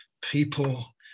people